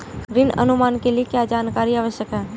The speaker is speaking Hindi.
ऋण अनुमान के लिए क्या जानकारी आवश्यक है?